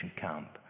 camp